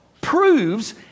proves